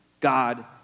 God